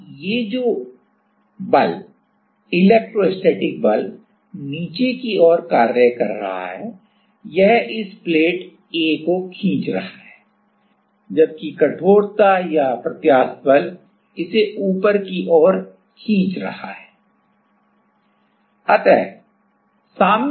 अब ये बल जो इलेक्ट्रोस्टैटिक बल नीचे की ओर कार्य कर रहा है यह इस A प्लेट को खींच रहा है जबकि कठोरता जबकि कठोरता या प्रत्यास्थ बल इसे ऊपर की ओर खींच रहा है